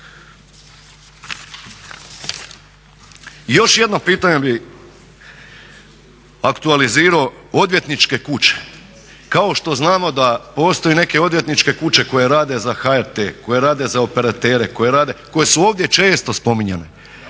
Još jedno pitanje bih aktualizirao, odvjetničke kuće. Kao što znamo da postoje neke odvjetničke kuće koje rade za HRT, koje rade za operatere, koje su ovdje često spominjane,